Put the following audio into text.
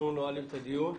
אנחנו נועלים את הדיון.